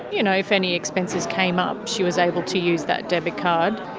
you know if any expenses came up, she was able to use that debit card.